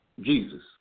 Jesus